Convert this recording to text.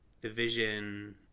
Division